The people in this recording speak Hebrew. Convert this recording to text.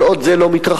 כל עוד זה לא מתרחש,